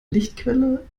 lichtquelle